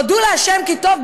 הודו לה' כי טוב,